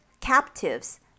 captives